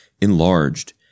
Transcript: enlarged